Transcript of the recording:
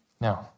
No